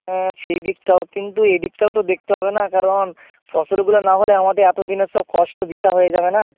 হ্যাঁ সেইদিকটাও কিন্তু এই দিকটাও তো দেখতে হবে না কারণ ফসলগুলো না হলে আমাদের এতদিনের সব কষ্ট বৃথা হয়ে যাবে না